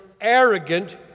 arrogant